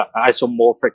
isomorphic